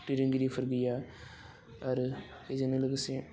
दैदेनगिरिफोर गैया आरो बेजोंनो लोगोसे